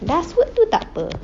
last word tu takpe